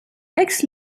aix